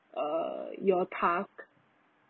err your task